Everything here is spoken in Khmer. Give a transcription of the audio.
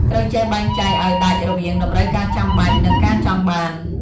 ត្រូវចេះបែងចែកឲ្យដាច់រវាងតម្រូវការចាំបាច់ និងការចង់បាន។